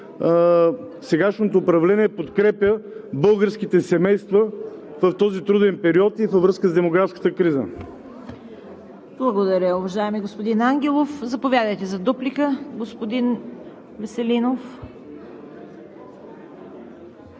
сегашното управление подкрепя българските семейства в този труден период и във връзка с демографската криза. ПРЕДСЕДАТЕЛ ЦВЕТА КАРАЯНЧЕВА: Благодаря, уважаеми господин Ангелов. Заповядайте за дуплика, господин Веселинов.